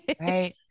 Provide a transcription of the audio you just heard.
right